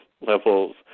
levels